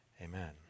Amen